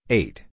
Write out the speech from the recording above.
eight